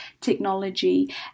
technology